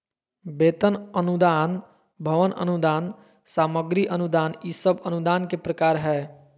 वेतन अनुदान, भवन अनुदान, सामग्री अनुदान ई सब अनुदान के प्रकार हय